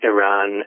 Iran